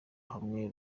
hamwe